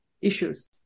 issues